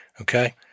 Okay